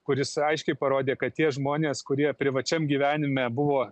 kuris aiškiai parodė kad tie žmonės kurie privačiam gyvenime buvo